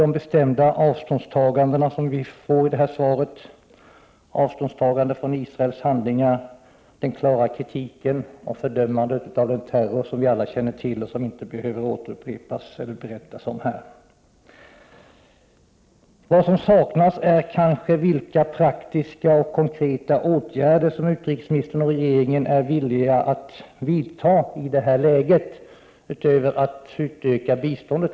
De bestämda avståndstagandena som vi får i detta svar är också bra. Det gäller ett avståndstagande från Israels handlingar och en klar kritik och ett fördömande av en terror som vi alla känner till och som inte behöver återberättas här. Det saknas möjligen uppgifter om vilka praktiska och konkreta åtgärder som utrikesministern och regeringen är villiga att vidta i detta läge — utöver att öka biståndet.